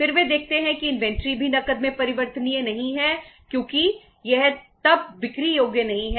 फिर वे देखते हैं कि इन्वेंट्री बिक्री है